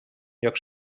lloc